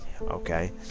Okay